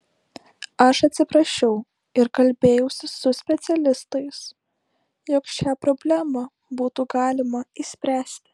aš atsiprašiau ir kalbėjausi su specialistais jog šią problemą būtų galima išspręsti